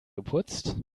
geputzt